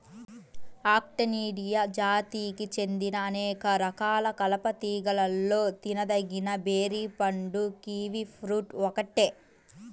Actinidia జాతికి చెందిన అనేక రకాల కలప తీగలలో తినదగిన బెర్రీ పండు కివి ఫ్రూట్ ఒక్కటే